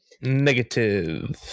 Negative